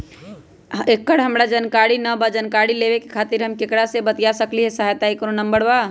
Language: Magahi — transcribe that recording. एकर हमरा जानकारी न बा जानकारी लेवे के खातिर हम केकरा से बातिया सकली ह सहायता के कोनो नंबर बा?